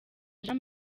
jean